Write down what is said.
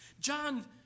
John